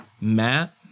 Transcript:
Matt